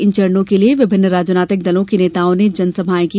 इन चरणों के लिए विभिन्न राजनीतिक दलों के नेताओं ने आज जनसभाएं की